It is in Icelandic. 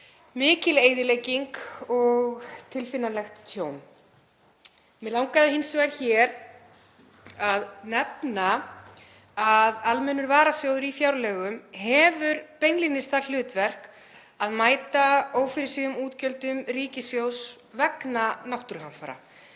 mikil eyðilegging og tilfinnanlegt tjón. Mig langaði hins vegar að nefna að almennur varasjóður í fjárlögum hefur beinlínis það hlutverk að mæta ófyrirséðum útgjöldum ríkissjóðs vegna náttúruhamfara.